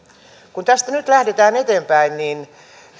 kun tästä nyt lähdetään eteenpäin niin